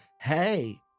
hey